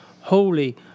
Holy